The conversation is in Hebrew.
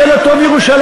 ילד טוב ירושלים,